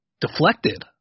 deflected